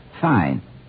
Fine